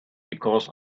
because